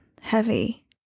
heavy